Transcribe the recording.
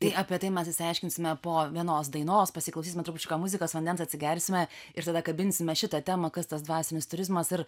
tai apie tai mes išsiaiškinsime po vienos dainos pasiklausysime trupučiuką muzikos vandens atsigersime ir tada kabinsime šitą temą kas tas dvasinis turizmas ir